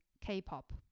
K-pop